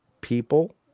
people